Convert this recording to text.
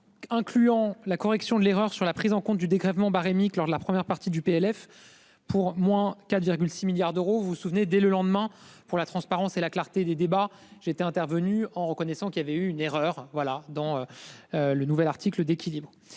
Incluant la correction de l'erreur sur la prise en compte du dégrèvement barémique lors de la première partie du PLF pour moins 4,6 milliards d'euros. Vous vous souvenez, dès le lendemain pour la transparence et la clarté des débats j'étais intervenu en reconnaissant qu'il avait eu une erreur. Voilà dans. Le nouvel article d'équilibre.